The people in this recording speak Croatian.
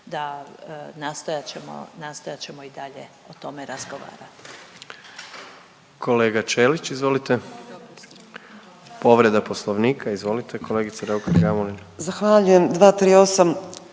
nastojat ćemo i dalje o tome razgovarati.